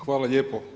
Hvala lijepo.